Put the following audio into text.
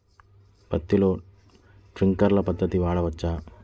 పత్తిలో ట్వింక్లర్ పద్ధతి వాడవచ్చా?